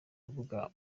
rubuga